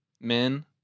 Men